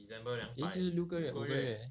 eh 就是六个月五个月